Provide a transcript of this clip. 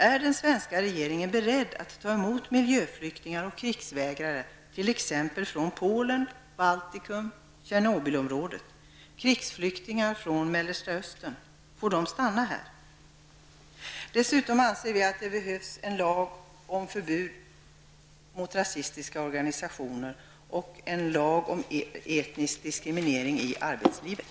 Är den svenska regeringen beredd att ta emot miljöflyktingar och krigsvägrare, t.ex. från Polen, Baltikum och Mellersta Östern stanna här. Vi anser också att det behövs en lag om förbud mot rasistiska organisationer och en lag mot etnisk diskriminering i arbetslivet.